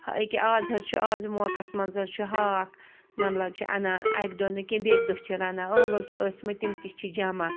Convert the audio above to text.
أکیٛاہ آز حظ چھُ آز یہِ موقَس منٛز حظ چھُ ہاکھ مطلب چھِ اَنان اَکہِ دۄہ نہٕ کیٚنہہ بیٚیہِ کہِ دۄہ چھِ رَنان ٲلٕو چھِ ٲسۍمٕتۍ تِم تہِ چھِ جَمع